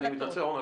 אני מתנצל, אורנה.